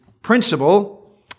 principle